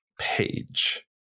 page